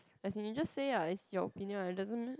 as in you just say ah it's your opinion it doesn't